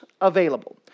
available